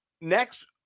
next